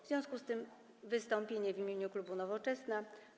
W związku z tym wystąpienie w imieniu klubu Nowoczesna.